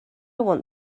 want